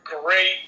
great